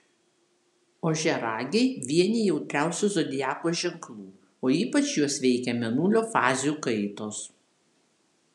ožiaragiai vieni jautriausių zodiako ženklų o ypač juos veikia mėnulio fazių kaitos